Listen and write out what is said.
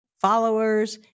followers